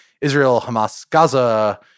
Israel-Hamas-Gaza